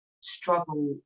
struggle